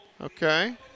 Okay